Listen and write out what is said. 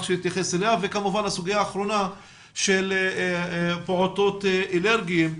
שתתייחס אליה וכמובן הסוגיה האחרונה של פעוטות אלרגיים,